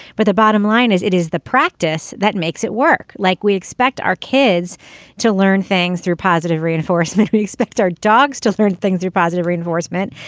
but the bottom line is it is the practice that makes it work like we expect our kids to learn things through positive reinforcement. we expect our dogs to learn things through positive reinforcement.